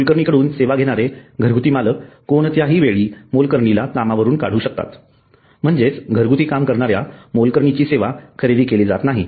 मोलकरणीकडून सेवा घेणारे घरगुती मालक कोणत्याही वेळी मोलकरणीला कामावरून काढू शकतात म्हणजेच घरगुती काम करणाऱ्या मोलकरणीची सेवा खरेदी केली जात नाही